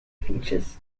features